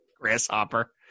grasshopper